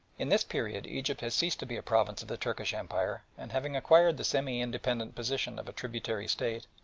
in this period egypt has ceased to be a province of the turkish empire, and having acquired the semi-independent position of a tributary state,